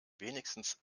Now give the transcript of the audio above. wenigstens